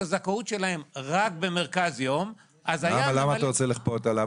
הזכאות שלהם רק במרכז יום --- למה אתה רוצה לכפות עליו?